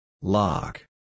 Lock